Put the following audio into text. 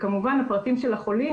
וכמובן הפרטים של החולים,